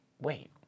wait